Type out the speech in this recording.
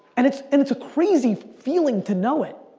and it's and it's a crazy feeling to know it.